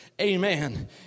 amen